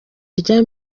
rya